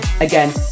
Again